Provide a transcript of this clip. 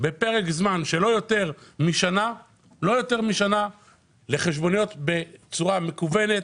בפרק זמן של לא יותר משנה לחשבוניות בצורה מקוונת.